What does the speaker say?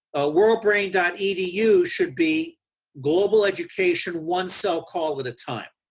worldbrain dot edu should be global education one cell call at a time.